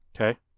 Okay